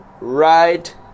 right